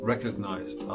recognized